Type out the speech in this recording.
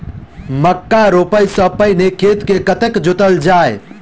मक्का रोपाइ सँ पहिने खेत केँ कतेक जोतल जाए?